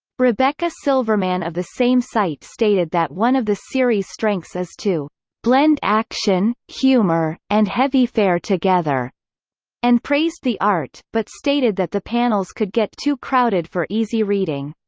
rebecca silverman of the same site stated that one of the series' strengths is to blend action, humor, and heavy fare together and praised the art, but stated that the panels could get too crowded for easy reading.